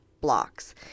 blocks